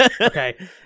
Okay